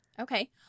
Okay